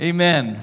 Amen